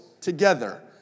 together